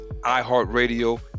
iHeartRadio